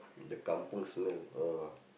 the kampung smell ugh